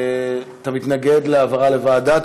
אתה מתנגד להעברה לוועדה?